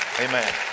Amen